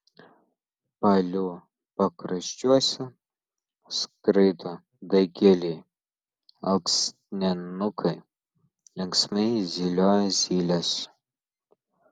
palių pakraščiuose skraido dagiliai alksninukai linksmai zylioja zylės